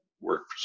works